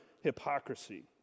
hypocrisy